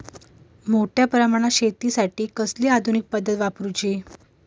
मोठ्या प्रमानात शेतिखाती कसली आधूनिक पद्धत वापराची?